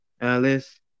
Alice